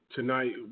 Tonight